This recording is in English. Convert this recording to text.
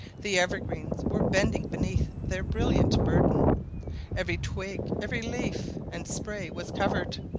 the evergreens were bending beneath their brilliant burden every twig, every leaf, and spray was covered,